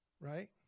right